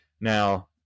Now